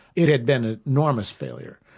it had been an enormous failure.